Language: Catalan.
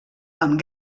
amb